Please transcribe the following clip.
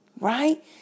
right